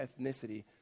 ethnicity